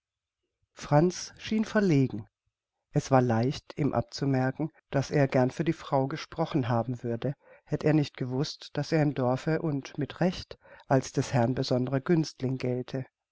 franz schien verlegen es war leicht ihm abzumerken daß er gern für die frau gesprochen haben würde hätt er nicht gewußt daß er im dorfe und mit recht als des herrn besonderer günstling gelte